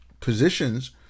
positions